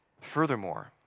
Furthermore